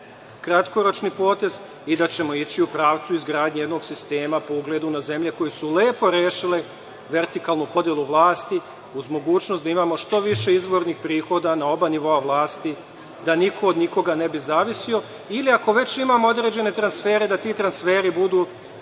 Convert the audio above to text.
kratkoročni potez i da ćemo ići u pravcu izgradnje jednog sistema po ugledu na zemlje koje su lepo rešile vertikalnu podelu vlasti, uz mogućnost da imamo što više izvornih prihoda na oba nivoa vlasti, da niko od nikoga ne bi zavisio ili, ako već imamo određene transfere, da ti transferi što